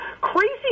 crazy